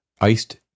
iced